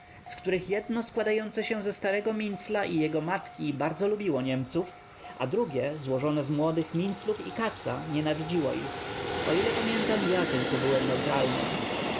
z których jedno składające się ze starego mincla i jego matki bardzo lubiło niemców a drugie złożone z młodych minclów i katza nienawidziło ich o ile pamiętam ja tylko byłem neutralny